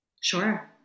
Sure